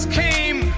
came